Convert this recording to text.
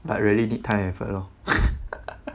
but really need time and effort lor